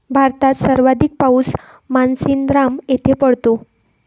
भारतात सर्वाधिक पाऊस मानसीनराम येथे पडतो